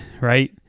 right